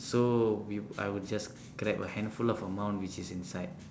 so we I would just grab a handful of amount which is inside